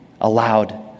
allowed